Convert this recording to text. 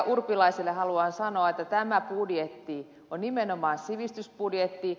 urpilaiselle haluan sanoa että tämä budjetti on nimenomaan sivistysbudjetti